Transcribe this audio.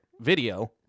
Video